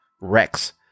Rex